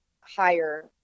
higher